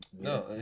no